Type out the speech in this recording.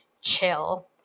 chill